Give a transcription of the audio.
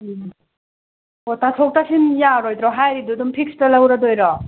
ꯎꯝ ꯑꯣ ꯇꯥꯊꯣꯛ ꯇꯥꯁꯤꯟ ꯌꯥꯔꯣꯏꯗ꯭ꯔꯣ ꯍꯥꯏꯔꯤꯗꯨ ꯑꯗꯨꯝ ꯐꯤꯛꯁꯇ ꯂꯧꯔꯗꯣꯏꯔꯣ